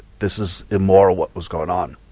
this is immoral what was going on.